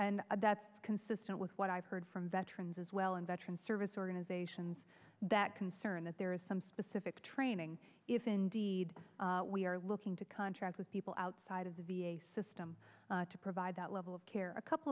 and that's consistent with what i've heard from veterans as well and veterans service organizations that concern that there is some specific training if indeed we are looking to contract with people outside of the v a system to provide that level of care a couple